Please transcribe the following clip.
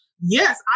yes